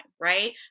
right